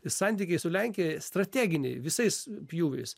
santykiai su lenkija strateginiai visais pjūviais